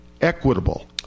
equitable